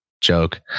joke